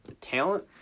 talent